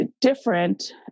different